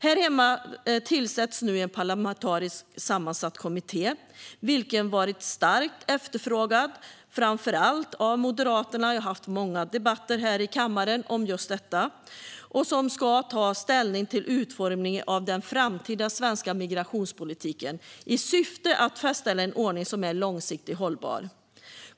Här hemma tillsätts nu en parlamentariskt sammansatt kommitté som varit starkt efterfrågad, framför allt av Moderaterna, som jag haft många debatter med här i kammaren om just detta, som ska ta ställning till utformningen av den framtida svenska migrationspolitiken i syfte att fastställa en ordning som är långsiktigt hållbar.